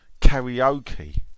karaoke